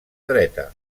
dreta